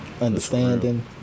understanding